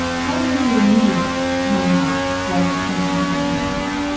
how do you know the newlyweds money asks while we stand in the drink line.